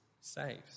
saves